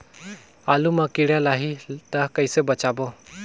आलू मां कीड़ा लाही ता कइसे बचाबो?